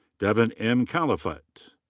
devin m. kalafut.